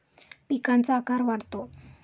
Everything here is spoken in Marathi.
पिकांचा आकार वाढतो